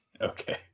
Okay